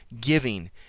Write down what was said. Giving